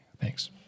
Thanks